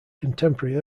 contemporary